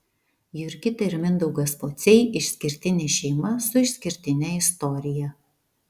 jurgita ir mindaugas pociai išskirtinė šeima su išskirtine istorija